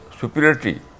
superiority